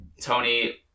Tony